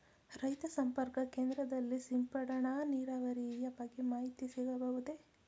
ರೈತ ಸಂಪರ್ಕ ಕೇಂದ್ರದಲ್ಲಿ ಸಿಂಪಡಣಾ ನೀರಾವರಿಯ ಬಗ್ಗೆ ಮಾಹಿತಿ ಸಿಗಬಹುದೇ?